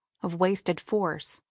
of wasted forces.